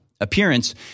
appearance